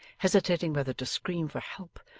hesitating whether to scream for help,